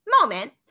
moment